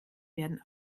werden